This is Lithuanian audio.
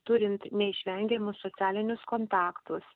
turint neišvengiamus socialinius kontaktus